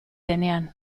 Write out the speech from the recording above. denean